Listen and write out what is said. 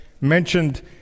mentioned